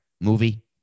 movie